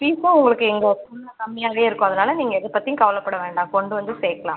ஃபீஸும் உங்களுக்கு இங்கே ஃபுல்லாக கம்மியாகவே இருக்கும் அதனால் நீங்கள் எதை பற்றியும் கவலைப்பட வேண்டாம் கொண்டு வந்து சேர்க்கலாம்